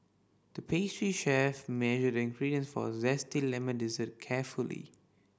the pastry chef measured the ingredient for zesty lemon dessert carefully